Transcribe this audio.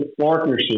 partnership